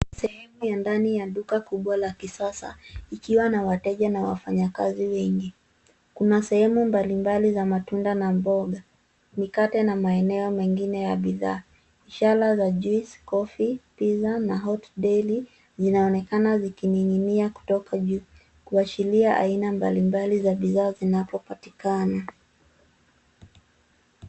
Sehemu ya ndani ya duka kubwa la kisasa ikiwa na wateja na wafanyakazi wengi. Kuna sehemu mbalimbali za matunda na mboga. Mikate na maeneo mengine ya bidhaa. Ishara za juice , coffee , pizza na hot deli zinaonekana zikining'inia kutoka juu kuashiria aina mbalimbali za bidhaa zinapopatikana.